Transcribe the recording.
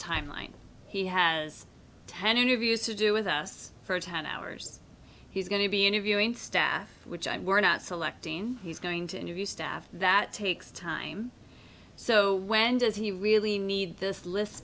timeline he has ten interviews to do with us for ten hours he's going to be interviewing staff which i'm we're not selecting he's going to interview staff that takes time so when does he really need this list